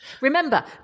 Remember